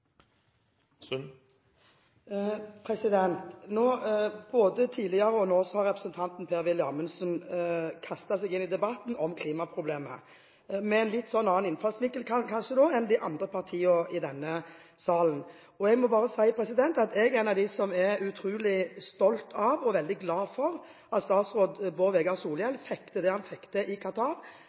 problemstilling. Nå, men også tidligere, har representanten Amundsen kastet seg inn i debatten om klimaproblemet, med kanskje en litt annen innfallsvinkel enn de andre partiene i denne salen. Jeg må bare si at jeg er en av dem som er utrolig stolt av og veldig glad for at statsråd Bård Vegar Solhjell fikk til det han fikk til i